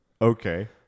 Okay